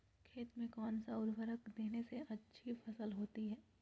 खेत में कौन सा उर्वरक देने से अच्छी फसल होती है?